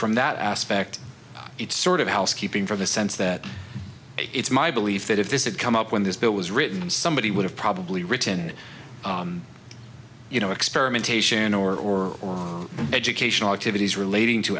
from that aspect it's sort of housekeeping from a sense that it's my belief that if this had come up when this bill was written somebody would have probably written you know experimentation or educational activities relating to